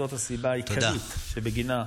זאת הסיבה העיקרית, תודה.